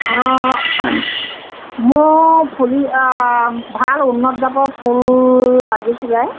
অঁ মোৰ ফুলি ভাল উন্নত জাতৰ ফুল লাগিছিলে